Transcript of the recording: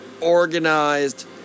organized